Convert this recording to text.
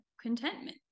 contentment